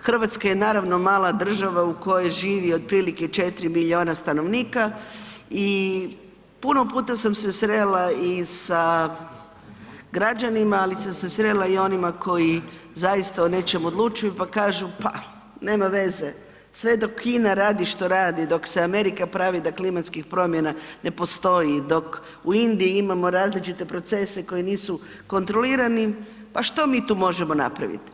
Hrvatska je naravno mala država u kojoj žive otprilike 4 milijuna stanovnika i puno puta sam se srela i sa građanima, ali sam se srela i onima koji zaista o nečem odlučuju pa kažu, pa nema veze sve dok Kina radi što radi, dok se Amerika pravi da klimatskih promjena ne postoji, dok u Indiji imamo različite procese koji nisu kontrolirani, pa što mi tu možemo napraviti.